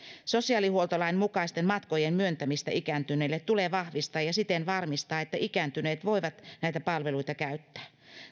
sosiaalihuoltolain mukaisten matkojen myöntämistä ikääntyneille tulee vahvistaa ja siten varmistaa että ikääntyneet voivat näitä palveluita käyttää